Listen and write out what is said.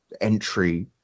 entry